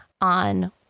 on